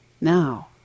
now